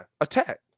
Attack